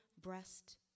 breast